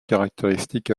caractéristique